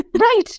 right